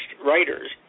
writers